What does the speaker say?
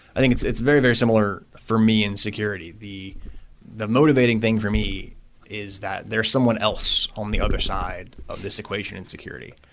i think it's it's very very similar for me in security. the the motivating thing for me is that there's someone else on the other side of this equation in security.